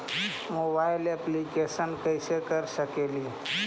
Mobile application कैसे कर सकेली?